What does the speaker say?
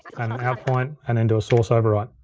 and an out point, and then do a source override.